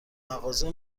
مغازه